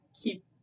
keep